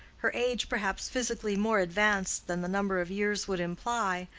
her age, perhaps, physically more advanced than the number of years would imply,